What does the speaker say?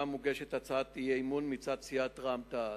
מוגשת הצעת האי-אמון מצד סיעת רע"ם-תע"ל.